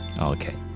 Okay